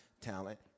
talent